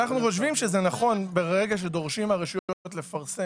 אנו חושבים שנכון ברגע שדורשים מהרשויות לפרסם